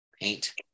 paint